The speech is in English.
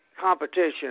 competition